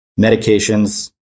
medications